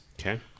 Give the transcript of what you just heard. Okay